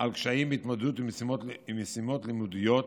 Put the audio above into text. על קשיים בהתמודדות עם משימות לימודיות,